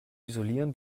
isolieren